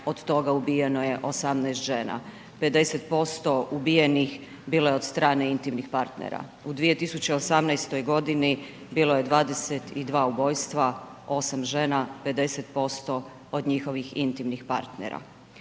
od toga ubijeno je 18 žena. 50% ubijenih bilo je od strane intimnih partnera, u 2018. g. bilo je 22 ubojstva, 8 žena, 50% od njihovih intimnih partnera.